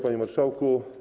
Panie Marszałku!